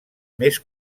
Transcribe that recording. més